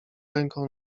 ręką